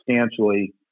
substantially